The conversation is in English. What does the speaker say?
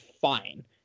fine